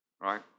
right